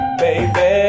baby